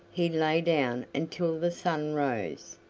he lay down until the sun rose.